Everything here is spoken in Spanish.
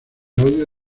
audio